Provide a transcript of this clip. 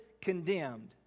condemned